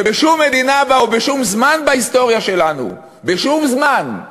כשבשום זמן בהיסטוריה שלנו, בשום זמן,